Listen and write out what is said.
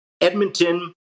Edmonton